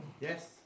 Yes